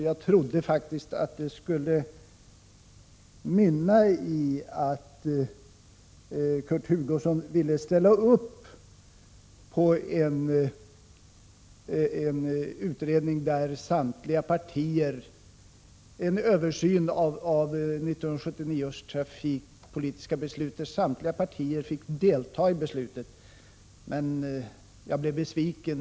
Jag trodde faktiskt att det hela skulle utmynna i att Kurt Hugosson ville ställa upp på en översyn av 1979 års trafikpolitiska beslut, varvid representanter för samtliga partier fick delta. Men jag blev besviken.